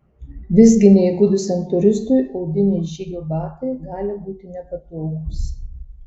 visgi neįgudusiam turistui odiniai žygio batai gali būti nepatogūs